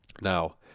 Now